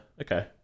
okay